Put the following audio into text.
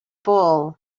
bull